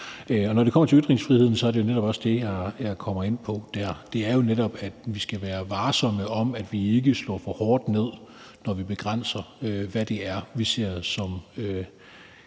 Når det kommer til ytringsfriheden, er det jo netop også det, jeg kommer ind på dér. Det er netop, at vi skal være varsomme med at slå for hårdt ned, når vi begrænser, hvad det er, vi ser som